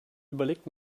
überlegt